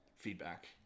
feedback